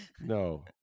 No